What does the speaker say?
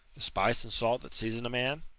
the spice and salt that season a man?